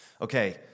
Okay